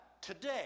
today